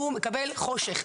הוא מקבל חושך,